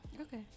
okay